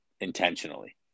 intentionally